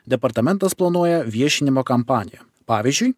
departamentas planuoja viešinimo kampaniją pavyzdžiui